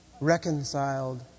reconciled